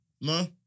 No